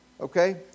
okay